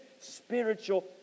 spiritual